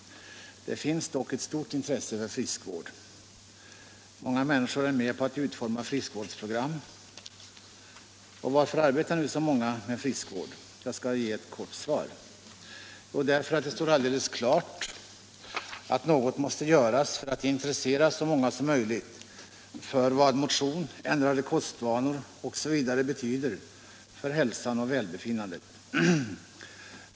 Det finns dock ett stort intresse för friskvård. Många människor är med om att utforma friskvårdsprogram. Och varför arbetar nu så många med friskvård? Jag skall ge ett kort svar: Därför att det står alldeles klart att något måste göras för att intressera så många som möjligt för vad motion, ändrade kostvanor osv. betyder för hälsan och välbefinnandet.